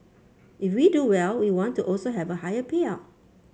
if we do well we want to also have a higher payout